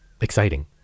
exciting